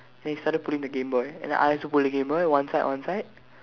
then he started pulling the game boy and I also pull the game boy one side one side